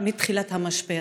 מתחילת המשבר.